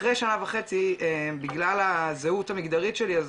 אחרי שנה וחצי בגלל הזהות המגדרית שלי,